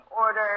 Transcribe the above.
Order